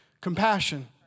compassion